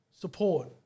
support